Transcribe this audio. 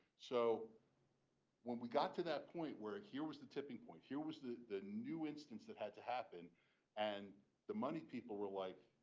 so when we got to that point work here was the tipping point, here was the the new instance that had to happen and the money people were like